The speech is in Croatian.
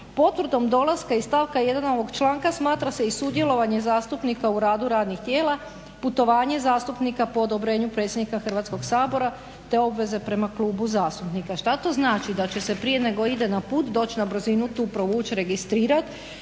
"potvrdom dolaska iz stavka 1. ovog članka smatra se i sudjelovanje zastupnika u radu radnih tijela, putovanje zastupnika po odobrenju predsjednika Hrvatskoga sabora, te obveze prema klubu zastupnika". Šta to znači? Da prije nego što ide na put doći na brzinu, tu provuć, registrirati